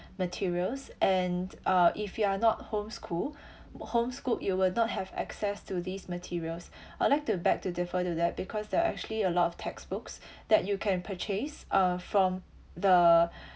materials and uh if you are not home school home schooled you will not have access to these materials I'll like to back to defer to that because there are actually a lot of textbooks that you can purchase uh from the